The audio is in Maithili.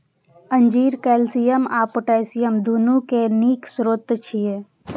अंजीर कैल्शियम आ पोटेशियम, दुनू के नीक स्रोत छियै